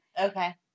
Okay